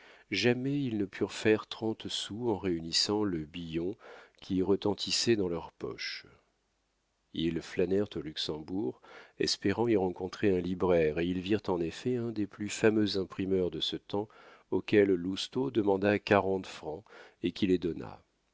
jamais ils ne purent faire trente sous en réunissant le billon qui retentissait dans leurs poches ils flânèrent au luxembourg espérant y rencontrer un libraire et ils virent en effet un des plus fameux imprimeurs de ce temps auquel lousteau demanda quarante francs et qui les